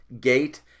gate